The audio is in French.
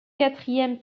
quatrième